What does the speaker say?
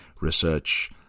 research